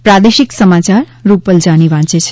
પ્રાદેશિક સમાચાર રૂપલ જાનિ વાંચે છે